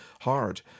hard